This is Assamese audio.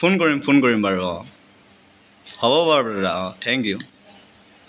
ফোন কৰিম ফোন কৰিম বাৰু অঁ হ'ব বাৰু দাদা অঁ থেংক ইউ